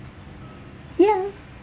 yeah